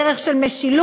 דרך של משילות,